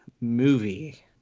movie